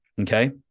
okay